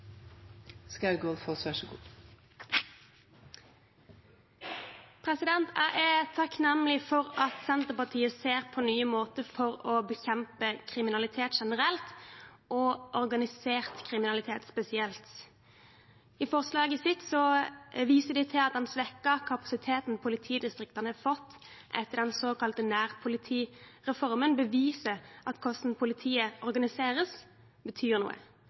Jeg er takknemlig for at Senterpartiet ser på nye måter for å bekjempe kriminalitet generelt og organisert kriminalitet spesielt. I forslaget sitt viser de til at den svekkede kapasiteten politidistriktene har fått etter den såkalte nærpolitireformen, beviser at hvordan politiet organiseres, betyr noe.